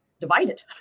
divided